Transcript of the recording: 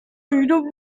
hidup